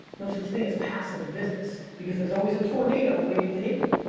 no such thing as passive in business because there's always a tornado waiting to hit you.